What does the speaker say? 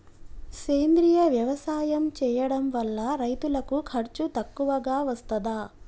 సేంద్రీయ వ్యవసాయం చేయడం వల్ల రైతులకు ఖర్చు తక్కువగా వస్తదా?